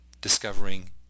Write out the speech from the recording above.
discovering